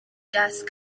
dust